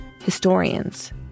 historians